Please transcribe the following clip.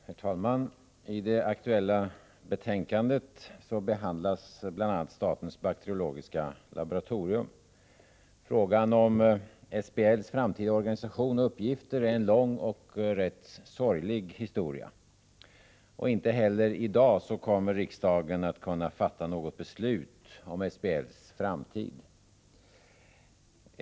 Herr talman! I det aktuella betänkandet behandlas bl.a. statens bakteriologiska laboratorium. Frågan om SBL:s framtida organisation och uppgifter är en lång och rätt sorglig historia, och inte heller i dag kommer riksdagen att kunna fatta något beslut om SBL:s framtid.